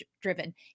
driven